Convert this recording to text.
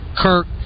Kirk